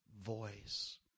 voice